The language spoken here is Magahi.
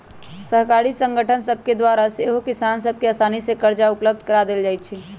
सहकारी संगठन सभके द्वारा सेहो किसान सभ के असानी से करजा उपलब्ध करा देल जाइ छइ